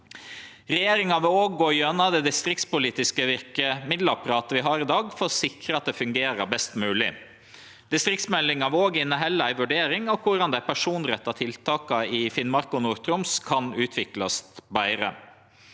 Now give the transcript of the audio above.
Regjeringa vil òg gå gjennom det distriktspolitiske verkemiddelapparatet vi har i dag, for å sikre at det fungerer best mogleg. Distriktsmeldinga vil òg innehalde ei vurdering av korleis dei personretta tiltaka i Finnmark og Nord-Troms kan utviklast betre.